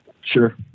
Sure